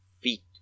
feet